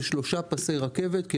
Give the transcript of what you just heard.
זה 3 פסי רכבת.